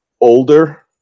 older